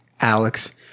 Alex